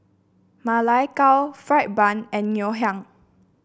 Ma Lai Gao fry bun and Ngoh Hiang